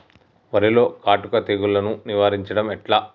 వరిలో కాటుక తెగుళ్లను నివారించడం ఎట్లా?